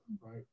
right